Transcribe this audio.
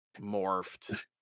morphed